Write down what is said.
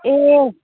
ए